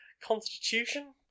constitution